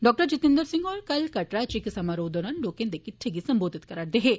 डॉ जितेंद्र सिंह होर कल कटड़ा च इक समारोह दौरान लोकें दे किटठै गी संबोधित करै करदे हे